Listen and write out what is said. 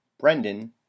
brendan